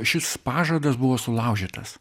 šis pažadas buvo sulaužytas